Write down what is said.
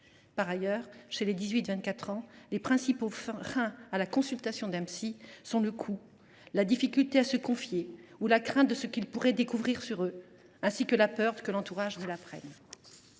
Par ailleurs, chez les 18 24 ans, les principaux freins à la consultation d’un psy sont le coût, la difficulté à se confier, la crainte de ce qu’ils pourraient découvrir sur eux ou encore celle que l’entourage ne l’apprenne.